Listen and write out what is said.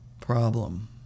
problem